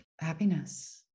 happiness